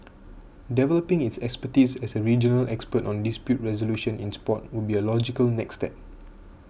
developing its expertise as a regional expert on dispute resolution in sport would be a logical next step